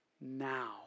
Now